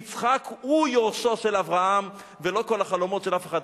יצחק הוא יורשו של אברהם ולא כל החלומות של אף אחד.